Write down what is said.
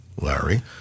Larry